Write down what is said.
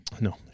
no